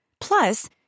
Plus